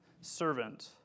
servant